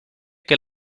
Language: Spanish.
que